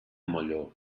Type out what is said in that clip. molló